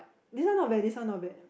this one not bad this one not bad